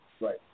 Right